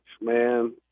man